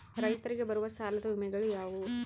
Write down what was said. ರೈತರಿಗೆ ಬರುವ ಸಾಲದ ವಿಮೆಗಳು ಯಾವುವು?